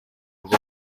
rwo